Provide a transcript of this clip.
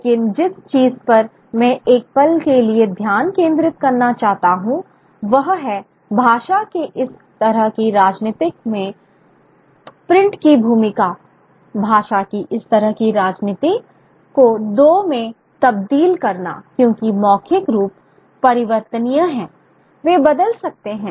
लेकिन जिस चीज पर मैं एक पल के लिए ध्यान केंद्रित करना चाहता हूं वह है भाषा की इस तरह की राजनीति में प्रिंट की भूमिका भाषा की इस तरह की राजनीति को दो में तब्दील करना क्योंकि मौखिक रूप परिवर्तनीय हैं वे बदल सकते हैं